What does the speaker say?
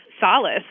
solace